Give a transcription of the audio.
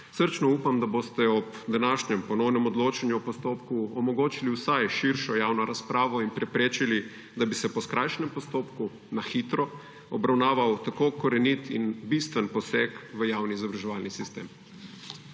Srčno upam, da boste ob današnjem ponovnem odločanju o postopku omogočili vsaj širšo javno razpravo in preprečili, da bi se po skrajšanem postopku, na hitro obravnaval tako korenit in bistven poseg v javni izobraževalni sistem.